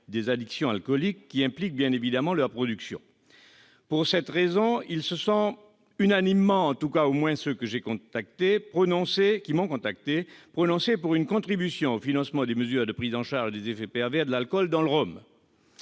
des addictions alcooliques qu'implique leur production. Pour cette raison, ils se sont unanimement- tout du moins ceux qui m'ont contacté -prononcés pour une contribution au financement des mesures de prise en charge des effets pervers de l'alcool dans le rhum.